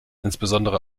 insbesondere